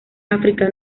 áfrica